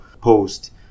post